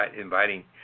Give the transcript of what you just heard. inviting